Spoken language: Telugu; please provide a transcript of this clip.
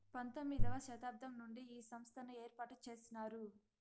పంతొమ్మిది వ శతాబ్దం నుండే ఈ సంస్థను ఏర్పాటు చేసినారు